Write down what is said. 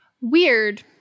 Weird